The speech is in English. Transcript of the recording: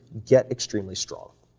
get extremely strong.